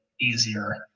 easier